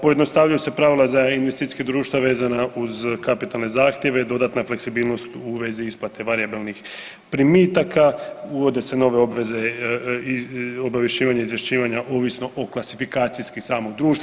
Pojednostavljuju se pravila za investicijska društva vezana uz kapitalne zahtjeve, dodatna fleksibilnost u vezi isplate varijabilnih primitaka, uvode se nove obveze obavješćivanja i izvješćivanja ovisno o klasifikaciji samog društva.